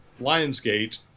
Lionsgate